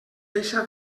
deixa